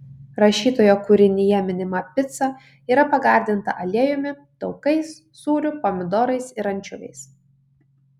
rašytojo kūrinyje minima pica yra pagardinta aliejumi taukais sūriu pomidorais ir ančiuviais